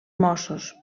mossos